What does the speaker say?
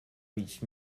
reach